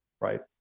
right